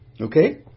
Okay